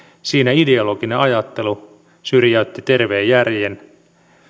siinä ideologinen ajattelu syrjäytti terveen järjen